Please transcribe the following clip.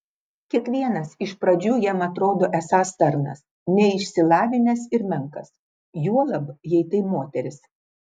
kiekvienas iš pradžių jam atrodo esąs tarnas neišsilavinęs ir menkas juolab jei tai moteris